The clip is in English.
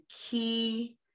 key